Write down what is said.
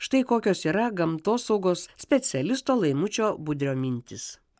štai kokios yra gamtosaugos specialisto laimučio budrio mintys